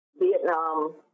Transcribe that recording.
Vietnam